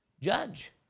judge